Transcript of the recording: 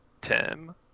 Tim